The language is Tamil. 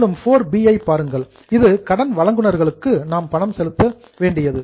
மேலும் 4b ஐ பாருங்கள் இது கடன் வழங்குநர்களுக்கு நாம் பணம் செலுத்துவது